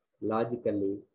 logically